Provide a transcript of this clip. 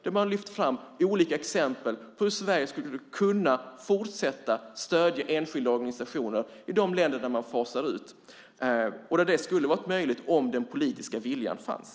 De har lyft fram olika exempel på hur Sverige skulle kunna fortsätta att stödja enskilda organisationer i de länder där man fasar ut. Det skulle vara möjligt om den politiska viljan fanns.